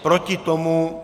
Proti tomu...